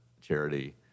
charity